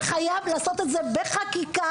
חייב לעשות את זה בחקיקה,